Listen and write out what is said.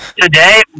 today